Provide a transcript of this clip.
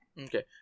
Okay